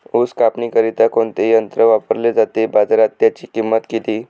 ऊस कापणीकरिता कोणते यंत्र वापरले जाते? बाजारात त्याची किंमत किती?